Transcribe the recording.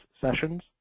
sessions